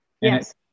Yes